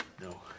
no